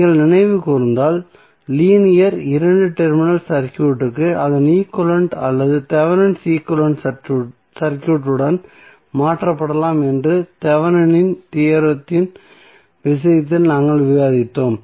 நீங்கள் நினைவுகூர்ந்தால் லீனியர் இரண்டு டெர்மினல் சர்க்யூட் அதன் ஈக்வலன்ட் அல்லது தெவெனின் ஈக்வலன்ட் சர்க்யூட்டுடன் மாற்றப்படலாம் என்று தெவெனின் தியோரத்தின் விஷயத்தில் நாங்கள் விவாதித்தோம்